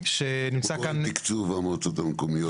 תקצוב המועצות המקומיות